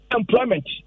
employment